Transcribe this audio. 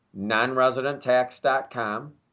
nonresidenttax.com